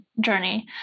journey